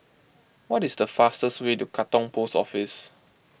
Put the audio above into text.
what is the fastest way to Katong Post Office